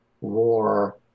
war